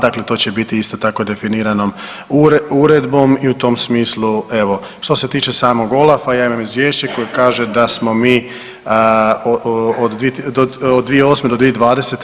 Dakle, to će biti isto tako definirano uredbom i u tom smislu evo što se tiče samog Olafa ja imam izvješće koje kaže da smo mi od 2008. do 2020.